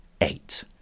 eight